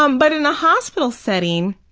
um but in the hospital setting,